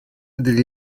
degli